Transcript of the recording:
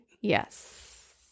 Yes